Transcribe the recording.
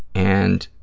and